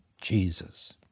Jesus